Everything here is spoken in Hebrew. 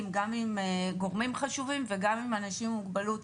גם עם גורמים חשובים וגם עם אם אנשים עם מוגבלות,